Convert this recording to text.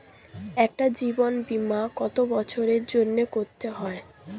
একটি জীবন বীমা কত বছরের জন্য করতে হয়?